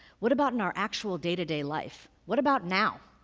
what about in our actual day-to-day life? what about now?